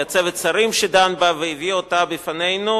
היה צוות שרים שדן בה והביא אותה בפנינו,